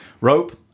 rope